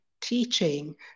teaching